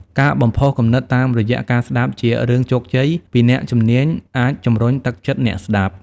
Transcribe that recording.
ការបំផុសគំនិតតាមរយះការស្តាប់ជារឿងជោគជ័យពីអ្នកជំនាញអាចជំរុញទឹកចិត្តអ្នកស្តាប់។